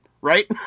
right